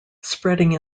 spreading